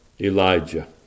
Elijah